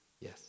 Yes